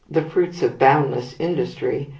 the fruits of boundless industry,